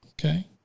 Okay